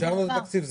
אישרנו את התקציב,